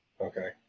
Okay